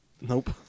Nope